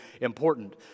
important